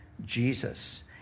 Jesus